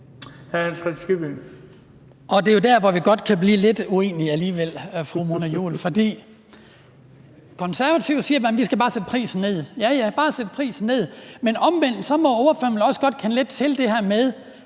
Det er jo der, hvor vi godt kan blive lidt uenige alligevel, fru Mona Juul. For Konservative siger, at vi bare skal sætte prisen ned – ja, ja, bare sæt prisen ned – men omvendt må ordføreren vel også kende lidt til det her med,